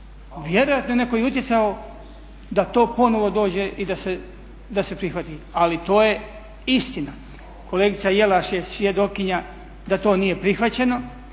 Vjerojatno je netko i utjecao da to ponovno dođe i da se prihvati. Ali to je istina. Kolegica Jelaš je svjedokinja da to nije prihvaćeno,